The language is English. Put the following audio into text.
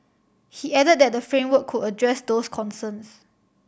he added that the framework could address those concerns